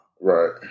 Right